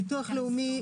ביטוח לאומי,